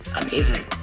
amazing